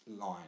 line